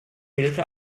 wählte